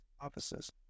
offices